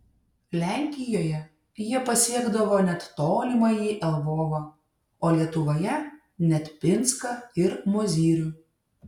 lenkijoje jie pasiekdavo net tolimąjį lvovą o lietuvoje net pinską ir mozyrių